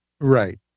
Right